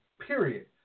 period